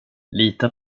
lita